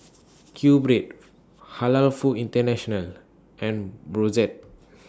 Q Bread Halal Foods International and Brotzeit